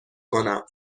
کنم